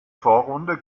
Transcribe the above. vorrunde